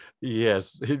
Yes